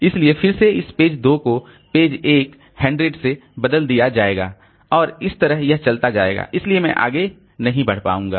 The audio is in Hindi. इसलिए फिर से इस पेज 2 को पेज 1 100 से बदल दिया जाएगा और इस तरह यह चलता जाएगा इसलिए मैं आगे नहीं बढ़ पाऊंगा